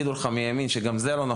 אז יש כאלה שיגידו לך שזה גם לא בסדר.